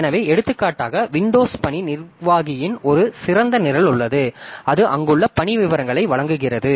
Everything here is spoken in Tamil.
எனவே எடுத்துக்காட்டாக விண்டோஸ் பணி நிர்வாகியின் ஒரு சிறந்த நிரல் உள்ளது அது அங்குள்ள பணி விவரங்களை வழங்குகிறது